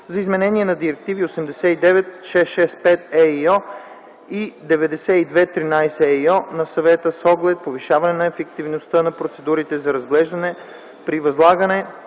за изменение на директиви 89/665 /ЕИО и 92/13/ ЕИО на Съвета с оглед повишаване на ефективността на процедурите за преразглеждане при възлагане